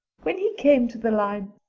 when he came to the line,